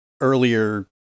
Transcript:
earlier